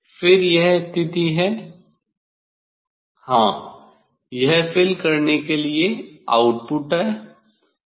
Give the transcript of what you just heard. फिर यह स्थिति हाँ यह फिल करने के लिए आउट्पुट है